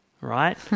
right